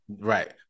Right